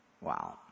Wow